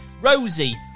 Rosie